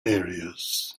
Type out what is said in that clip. areas